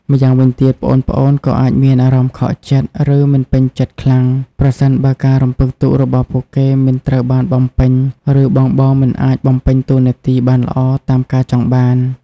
ម្យ៉ាងវិញទៀត ប្អូនៗក៏អាចមានអារម្មណ៍ ខកចិត្ត ឬមិនពេញចិត្តខ្លាំង ប្រសិនបើការរំពឹងទុករបស់ពួកគេមិនត្រូវបានបំពេញ ឬបងៗមិនអាចបំពេញតួនាទីបានល្អតាមការចង់បាន។